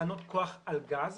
תחנות כוח על גז